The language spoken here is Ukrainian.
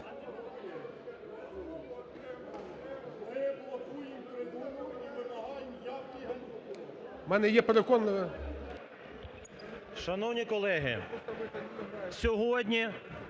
Шановні колеги, сьогодні